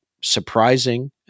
surprising